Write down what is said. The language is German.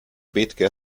bethke